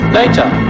later